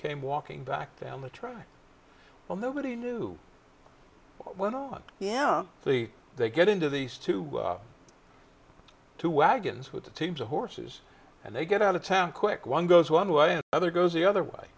came walking back down the trail well nobody knew when on yeah the they get into these two two wagons with the teams of horses and they get out of town quick one goes one way or the other goes the other way